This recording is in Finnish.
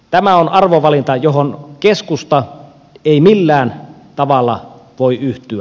tämä on arvovalinta johon keskusta ei millään tavalla voi yhtyä